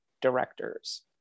directors